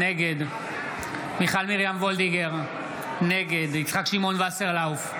נגד מיכל מרים וולדיגר, נגד יצחק שמעון וסרלאוף,